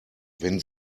wenn